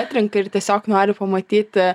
atrenka ir tiesiog nori pamatyti